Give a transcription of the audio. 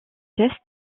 tests